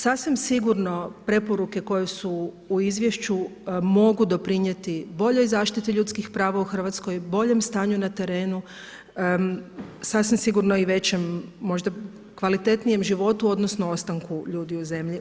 Sasvim sigurno preporuke koje su u izvješću mogu doprinijeti boljoj zaštiti ljudskih prava u Hrvatskoj, boljem stanju na terenu, sasvim sigurno i većem odnosno kvalitetnijem životu odnosno ostanku ljudi u zemlji.